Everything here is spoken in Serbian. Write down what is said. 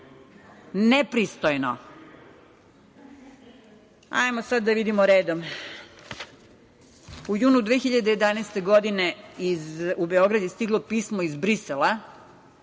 Nepristojno. Hajde sad da vidimo redom. U junu 2011. godine u Beograd je stiglo pismo iz Brisela,